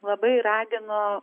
labai raginu